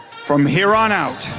from here on out,